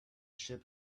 ship